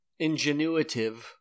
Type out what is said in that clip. ingenuitive